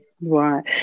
right